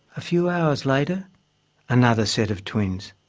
a few hours later another set of twins.